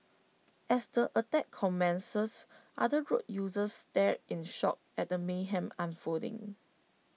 as the attack commences other road users stared in shock at the mayhem unfolding